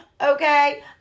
Okay